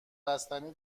بستنی